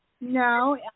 No